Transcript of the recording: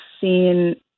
seen